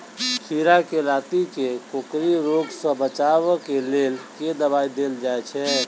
खीरा केँ लाती केँ कोकरी रोग सऽ बचाब केँ लेल केँ दवाई देल जाय छैय?